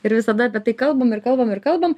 ir visada apie tai kalbam ir kalbam ir kalbam